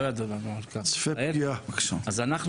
אז כרגע,